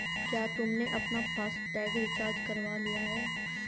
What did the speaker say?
क्या तुमने अपना फास्ट टैग रिचार्ज करवा लिया है?